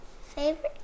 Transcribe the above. favorite